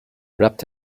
wrapped